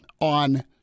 on